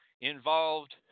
involved